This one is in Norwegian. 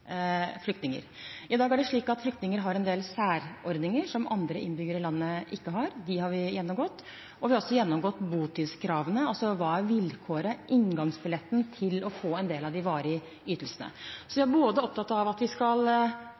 I dag er det slik at flyktninger har en del særordninger som andre innbyggere i landet ikke har. Dem har vi gjennomgått. Og vi har også gjennomgått botidskravene – altså hva som er vilkåret, inngangsbilletten for å få en del av de varige ytelsene. Så vi er både opptatt av at vi skal